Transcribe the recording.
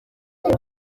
ari